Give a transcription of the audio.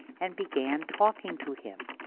and began talking to him.